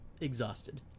exhausted